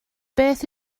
beth